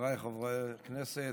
חבריי חברי הכנסת,